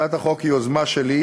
הצעת החוק היא יוזמה שלי,